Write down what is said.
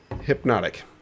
Hypnotic